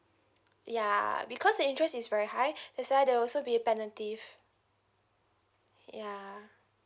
ya because the interest is very high that's why there also be penalties ya